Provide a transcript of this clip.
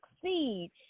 succeed